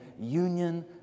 union